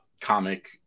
comic